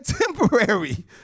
temporary